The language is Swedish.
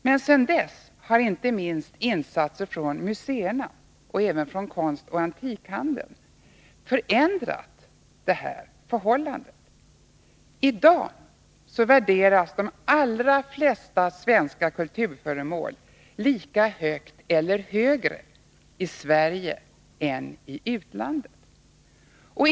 Men sedan dess har inte minst insatser från museerna och även från konstoch antikhandeln förändrat detta förhållande. I dag värderas de allra flesta svenska kulturföremål lika högt eller högre i Sverige än i utlandet.